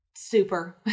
super